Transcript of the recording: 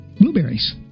blueberries